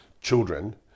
children